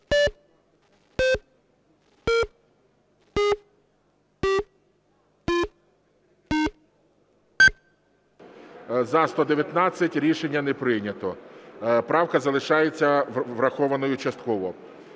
За-119 Рішення не прийнято. Правка залишається врахованою частково.